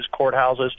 courthouses